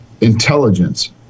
intelligence